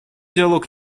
диалог